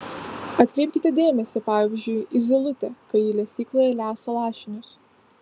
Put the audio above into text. atkreipkite dėmesį pavyzdžiui į zylutę kai ji lesykloje lesa lašinius